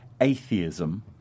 atheism